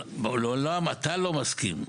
לעולם אתה לא מסכים,